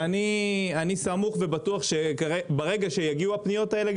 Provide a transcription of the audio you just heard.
אני סמוך ובטוח שברגע שיגיעו הפניות האלה,